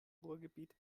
ruhrgebiet